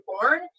born